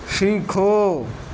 سیکھو